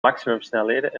maximumsnelheden